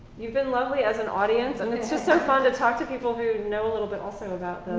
you've been lovely as an audience. and it's just so fun to talk to people who know a little bit also about